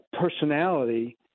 personality